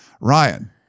Ryan